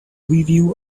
review